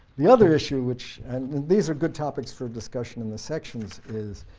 the other issue which these are good topics for discussion in the sections is,